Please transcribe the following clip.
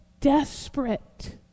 desperate